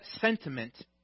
sentiment